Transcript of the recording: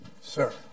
Sir